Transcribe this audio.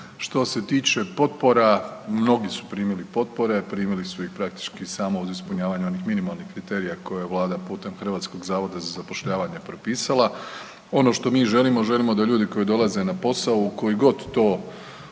Što se tiče potpora, mnogi su primili potpore. Primili su ih praktički samo uz ispunjavanje onih minimalnih kriterija koje je Vlada putem Hrvatskog zavoda za zapošljavanje propisala. Ono što mi želimo, želimo da ljudi koji dolaze u posao u koji god to